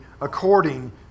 according